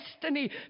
destiny